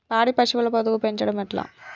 పాడి పశువుల పొదుగు పెంచడం ఎట్లా?